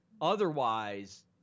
otherwise